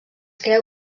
creu